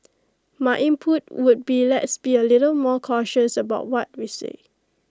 my input would be let's be A little more cautious about what we say